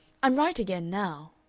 i'm right again now.